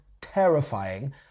terrifying